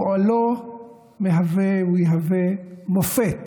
פועלו מהווה ויהווה מופת